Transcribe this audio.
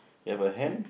you have a hen